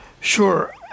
Sure